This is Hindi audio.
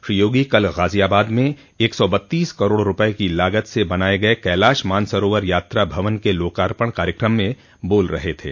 श्री योगी कल ग़ाज़ियाबाद में एक सौ बत्तीस करोड़ रूपये की लागत से बनाये गये कैलाश मानसरोवर यात्रा भवन के लोकार्पण कार्यक्रम में बोल रहे थे